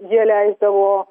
jie leisdavo